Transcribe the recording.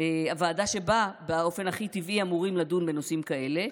הוועדה שבה באופן הכי טבעי אמורים לדון בנושאים כאלה.